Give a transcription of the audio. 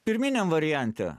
pirminiam variante